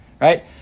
right